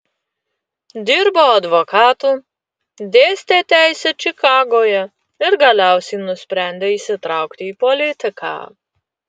dirbo advokatu dėstė teisę čikagoje ir galiausiai nusprendė įsitraukti į politiką